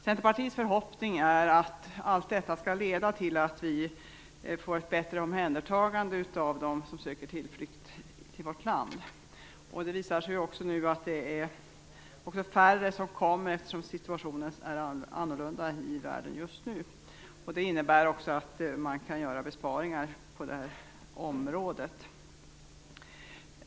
Centerpartiets förhoppning är att allt detta skall leda till ett bättre omhändertagande av dem som söker sin tillflykt till vårt land. Det visar sig nu att färre människor kommer hit, eftersom situationen är annorlunda i världen just nu. Det innebär ju också att man kan göra besparingar på det här området.